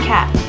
Cat